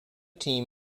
team